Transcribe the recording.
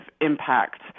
impact